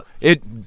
it